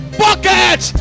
bucket